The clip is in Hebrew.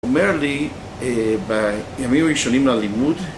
אומר לי, בימים הראשונים לאלימות